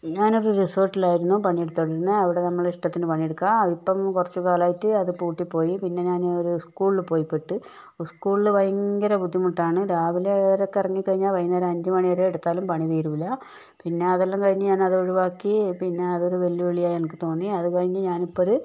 ഞാനൊരു റിസോർട്ടിലായിരുന്നു പണിയെടുത്തോണ്ടിരുന്നെ അവിടെ നമ്മുടെ ഇഷ്ടത്തിന് പണിയെടുക്കാം അതിപ്പം കൊറച്ചു കാലായിട്ട് അത് പൂട്ടിപ്പോയി പിന്നെ ഞാനൊരു സ്കൂളില് പോയിപ്പെട്ട് സ്കൂളില് ഭയങ്കര ബുദ്ധിമുട്ടാണ് രാവിലെവരെ കറങ്ങിത്തിരിഞ്ഞാൽ വൈകുന്നേരം അഞ്ചുമണി വരെ എടുത്താലും പണി തീരൂല്ല പിന്നെ അതെല്ലാം കഴിഞ്ഞു ഞാനത് ഒഴിവാക്കി പിന്നെ അതൊരു വെല്ലുവിളിയായി എനക്ക് തോന്നി അത് കഴിഞ്ഞു ഞാനിപ്പൊരു